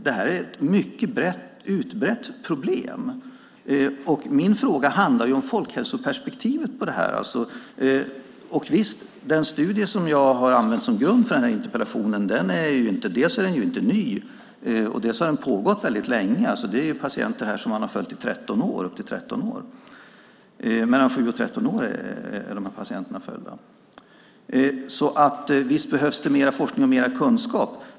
Detta är ett mycket utbrett problem. Min fråga handlar om folkhälsoperspektivet på detta. Visst är det så att den studie som jag har använt som grund för denna interpellation inte är ny. Den har också pågått väldigt länge. I denna studie har patienter följts under 7-13 år. Visst behövs det mer forskning och mer kunskap.